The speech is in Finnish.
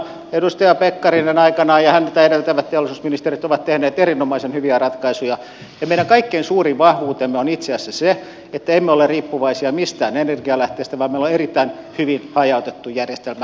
edustaja pekkarinen aikanaan ja häntä edeltävät teollisuusministerit ovat tehneet erinomaisen hyviä ratkaisuja ja meidän kaikkein suurin vahvuutemme on itse asiassa se että emme ole riippuvaisia mistään energianlähteestä vaan meillä on erittäin hyvin hajautettu järjestelmä